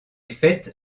faite